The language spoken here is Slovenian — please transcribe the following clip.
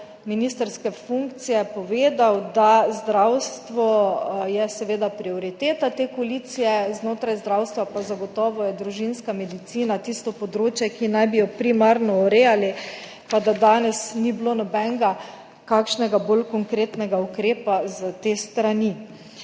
ministrske funkcije povedal, da je zdravstvo seveda prioriteta te koalicije, znotraj zdravstva pa je zagotovo družinska medicina tisto področje, ki naj bi ga primarno urejali, pa do danes ni bilo nobenega kakšnega bolj konkretnega ukrepa s te strani.